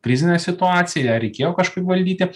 krizinė situacija ją reikėjo kažkaip valdyti